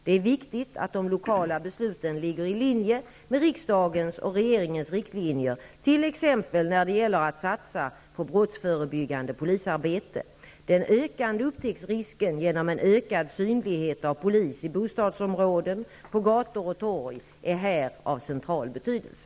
Det är viktigt att de lokala besluten ligger i linje med riksdagens och regeringens riktlinjer, t.ex. när det gäller att satsa på brottsförebyggande polisarbete. Den ökande upptäcktsrisken genom en ökad synlighet av polis i bostadsområden, på gator och torg är här av central betydelse.